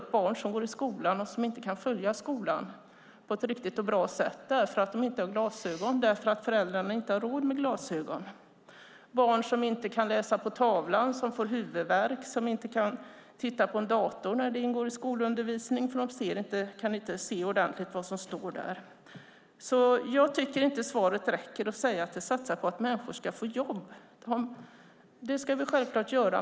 Det handlar om barn som går i skolan och som inte kan följa skolan på ett riktigt och bra sätt för att de inte har glasögon därför att föräldrarna inte har råd med glasögon. Det handlar om barn som inte kan läsa på tavlan, som får huvudvärk och som inte kan titta på en dator när det ingår i skolundervisningen, för de kan inte se ordentlig vad som står där. Jag tycker inte att det räcker att säga att man satsar på att människor ska få jobb. Det ska vi självklart göra.